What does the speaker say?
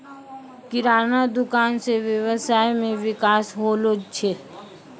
किराना दुकान से वेवसाय मे विकास होलो छै